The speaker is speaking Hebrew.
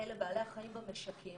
אלה בעלי החיים במשקים.